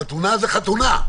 חתונה זה חתונה.